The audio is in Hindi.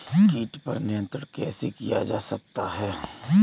कीट पर नियंत्रण कैसे किया जा सकता है?